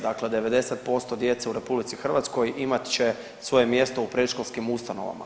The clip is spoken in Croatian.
Dakle 90% djece u RH imat će svoje mjesto u predškolskim ustanovama.